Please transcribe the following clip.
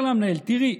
אומר לה המנהל: תראי,